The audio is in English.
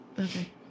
Okay